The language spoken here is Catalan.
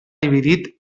dividit